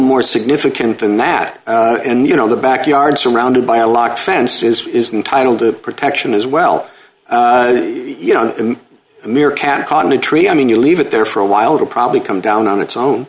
more significant than that and you know the backyard surrounded by a lot fences is intitled to protection as well you know a mere cat caught in a tree i mean you leave it there for a while it'll probably come down on its own